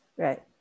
Right